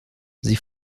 sie